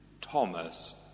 Thomas